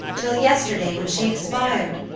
till yesterday, when she expired.